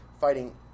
fighting